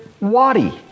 Wadi